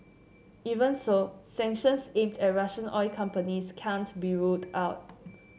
even so sanctions aimed at Russian oil companies can't be ruled out